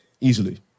easily